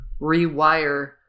rewire